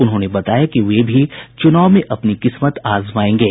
उन्होंने बताया कि वे भी चुनाव में अपनी किस्मत आजमायेंगे